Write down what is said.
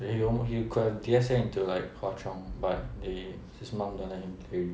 then you know he could have D_S_A into like hwa chong but they his mum don't let him play